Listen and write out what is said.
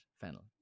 Fennel